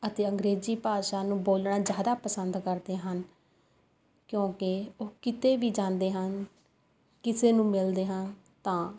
ਅਤੇ ਅੰਗਰੇਜ਼ੀ ਭਾਸ਼ਾ ਨੂੰ ਬੋਲਣਾ ਜ਼ਿਆਦਾ ਪਸੰਦ ਕਰਦੇ ਹਨ ਕਿਉਂਕਿ ਉਹ ਕਿਤੇ ਵੀ ਜਾਂਦੇ ਹਨ ਕਿਸੇ ਨੂੰ ਮਿਲਦੇ ਹਨ ਤਾਂ